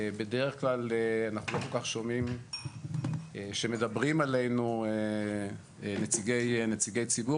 בדרך כלל אנחנו לא כל כך שומעים שמדברים עלינו נציגי ציבור